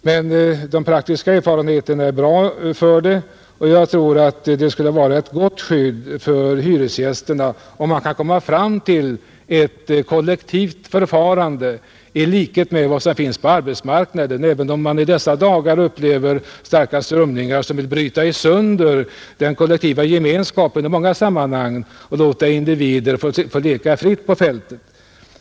Men de praktiska erfarenheterna är bra för det, och jag tror att det skulle vara ett gott skydd för hyresgästerna, ifall man kunde komma fram till ett kollektivt förfarande i likhet med vad som finns på arbetsmarknaden, även om man i dessa dagar upplever starka strömningar som vill bryta sönder den kollektiva gemenskapen i många sammanhang och låta individer få leka fritt på fältet.